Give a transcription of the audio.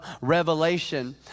revelation